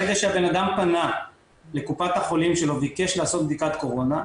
הרגע שבנאדם פנה לקופת החולים שלו וביקש לעשות בדיקת קורונה,